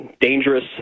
dangerous